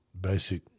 basic